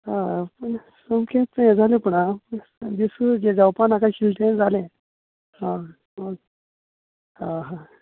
हां सामकेत यें जालें पूण हां दिस्तूत जें जावपाक नाका आशिल्लें तें जालें हां हां हां